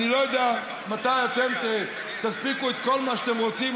אני לא יודע מתי אתם תספיקו את כל מה שאתם רוצים.